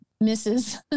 misses